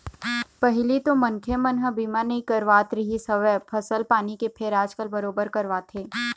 पहिली तो मनखे मन ह बीमा नइ करवात रिहिस हवय फसल पानी के फेर आजकल बरोबर करवाथे